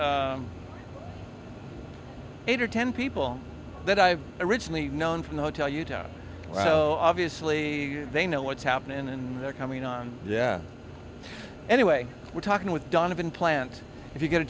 eight or ten people that i've originally known from the hotel you don't know obviously they know what's happening and they're coming on yeah anyway we're talking with donovan plant if you get a